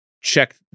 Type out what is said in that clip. check